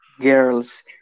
girls